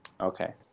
Okay